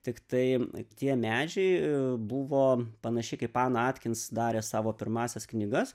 tiktai tie medžiai buvo panašiai kaip ana atkins darė savo pirmąsias knygas